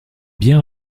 bien